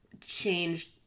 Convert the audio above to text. changed